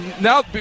Now